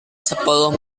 sepuluh